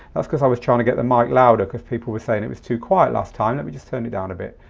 that's cause i was trying to get the mic louder cause people were saying it was too quiet last time. let me just turn it down a bit,